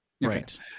right